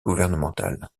gouvernementale